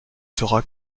sera